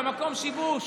במקום שיבוש.